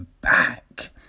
back